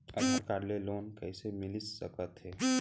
आधार card ले loan कइसे मिलिस सकत हे?